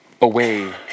away